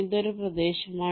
ഇത് ഒരു പ്രദേശമാണ്